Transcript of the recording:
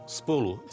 spolu